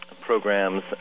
programs